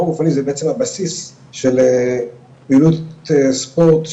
הגופני זה בעצם הבסיס של פעילות ספורט,